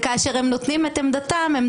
אבל